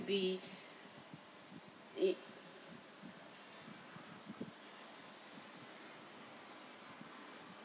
be it